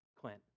Clint